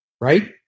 right